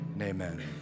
Amen